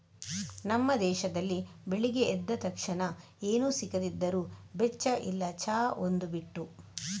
ನಮ್ಮ ದೇಶದಲ್ಲಿ ಬೆಳಿಗ್ಗೆ ಎದ್ದ ತಕ್ಷಣ ಏನು ಸಿಗದಿದ್ರೂ ಬೆಚ್ಚ ಇಲ್ಲ ಚಾ ಒಂದು ಬಿಟ್ಟು